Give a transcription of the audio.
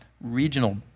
regional